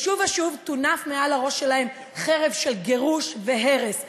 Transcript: שוב ושוב תונף מעל הראש שלהם חרב של גירוש והרס.